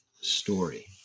story